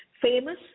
famous